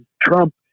Trump